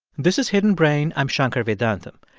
this is hidden brain. i'm shankar vedantam.